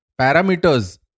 parameters